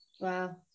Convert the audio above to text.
Wow